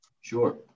Sure